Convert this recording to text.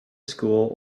school